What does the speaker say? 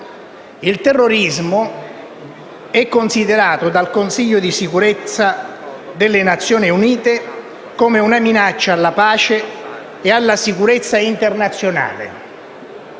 Il terrorismo è considerato dal Consiglio di sicurezza delle Nazioni Unite una minaccia alla pace e alla sicurezza internazionale